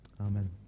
Amen